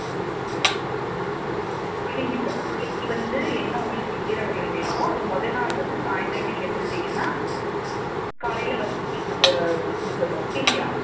okay okay சரிப்பா நீங்கள் இப்போ நாளைக்கு வந்து என்ன உங்களுக்கு கீரை வகைகள் வேணுமோ அதை மொதல்நாள் வந்து சாயந்தரமே நீங்கள் சொல்லிட்டீங்கன்னா காலையில் வந்து உங்களுக்கு நாங்கள் கொடுத்துட்றோம் ஓகேங்களா